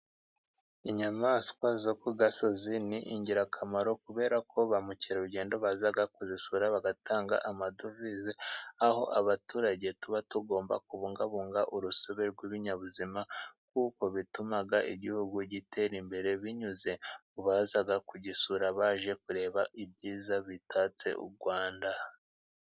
Inyamaswa zo ku gasozi ni ingirakamaro kuberako ba mukerarugendo baza kuzisura bagatanga amadovize, aho abaturage tuba tugomba kubungabunga urusobe rw'ibinyabuzima kuko bituma igihugu gitera imbere, binyuze mu baza kugisura baje kureba ibyiza bitatse u Rwanda.